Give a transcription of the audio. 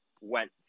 went